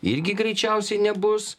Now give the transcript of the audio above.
irgi greičiausiai nebus